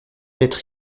être